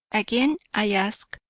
again, i ask,